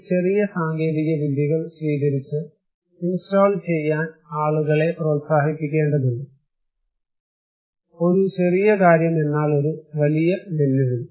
ഈ ചെറിയ സാങ്കേതികവിദ്യകൾ സ്വീകരിച്ച് ഇൻസ്റ്റാൾ ചെയ്യാൻ ആളുകളെ പ്രോത്സാഹിപ്പിക്കേണ്ടതുണ്ട് ഒരു ചെറിയ കാര്യം എന്നാൽ ഒരു വലിയ വെല്ലുവിളി